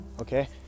Okay